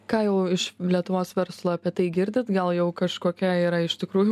ką jau iš lietuvos verslo apie tai girdit gal jau kažkokia yra iš tikrųjų